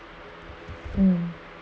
en